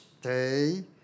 Stay